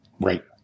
right